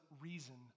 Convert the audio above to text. reason